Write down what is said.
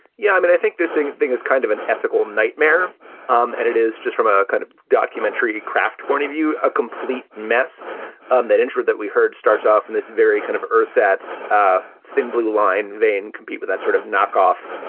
yeah, i mean, i think this thing thing is kind of an ethical nightmare um and it is just from a kind of documentary craft point of view, a complete mess um that ensured that we heard starts off and this very kind of ersatz ah thin blue line then compete with that sort of knockoff.